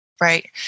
Right